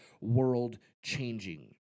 world-changing